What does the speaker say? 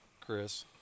Chris